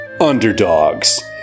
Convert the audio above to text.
Underdogs